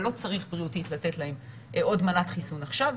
אבל לא צריך בריאותית לתת להם עוד מנת חיסון עכשיו.